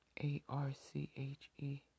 A-R-C-H-E